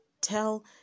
Tell